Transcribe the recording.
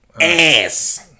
Ass